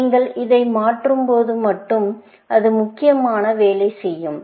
நீங்கள் இதை மாற்றும் போது மட்டும் அது முக்கியமாக வேலை செய்யும்